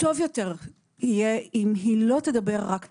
טוב יותר יהיה אם היא לא תדבר רק תלונות,